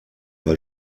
pas